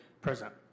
present